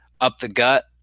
up-the-gut